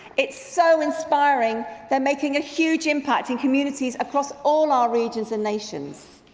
it's so inspiring, they're making a huge impact in communities across all our regions and nations.